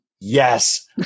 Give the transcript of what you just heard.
Yes